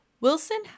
Wilson